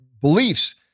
beliefs